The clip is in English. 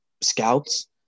scouts